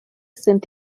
sind